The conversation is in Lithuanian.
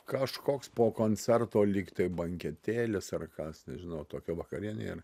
kažkoks po koncerto lyg tai banketėlis ar kas nežinau tokio vakarienė ir